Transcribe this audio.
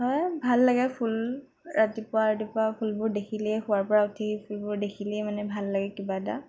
হয় ভাল লাগে ফুল ৰাতিপুৱা ৰাতিপুৱা ফুলবোৰ দেখিলেই শুৱাৰপৰা উঠি ফুলবোৰ দেখিলেই মানে ভাল লাগে কিবা এটা